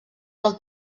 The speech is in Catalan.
del